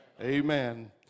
Amen